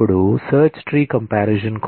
ఇప్పుడు search tree comparison